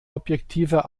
objektiver